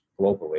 globally